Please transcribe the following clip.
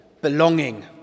belonging